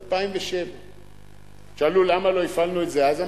2007. שאלו למה לא הפעלנו את זה אז,